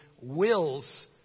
wills